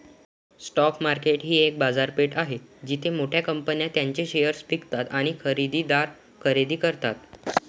stock market ही एक बाजारपेठ आहे जिथे मोठ्या कंपन्या त्यांचे शेअर्स विकतात आणि खरेदीदार खरेदी करतात